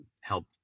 help